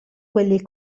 quelli